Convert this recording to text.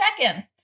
seconds